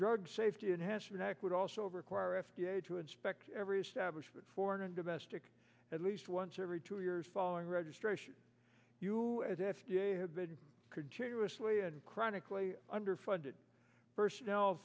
drug safety and has nec would also require f d a to inspect every establishment foreign and domestic at least once every two years following registration you at f d a have been continuously and chronically underfunded personnel